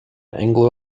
anglo